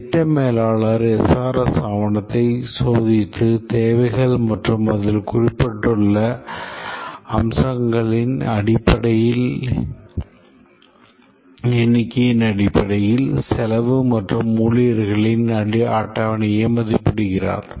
திட்ட மேலாளர் SRS ஆவணத்தை சோதித்து தேவைகள் மற்றும் அதில் குறிப்பிடப்பட்டுள்ள அம்சங்களின் எண்ணிக்கையின் அடிப்படையில் செலவு மற்றும் ஊழியர்களின் அட்டவணையை மதிப்பிடுகிறார்